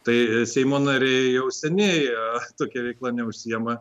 tai seimo nariai jau seniai tokia veikla neužsiima